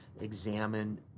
examine